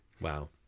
Wow